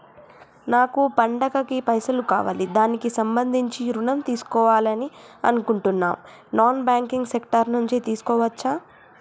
నాకు పండగ కి పైసలు కావాలి దానికి సంబంధించి ఋణం తీసుకోవాలని అనుకుంటున్నం నాన్ బ్యాంకింగ్ సెక్టార్ నుంచి తీసుకోవచ్చా?